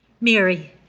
Mary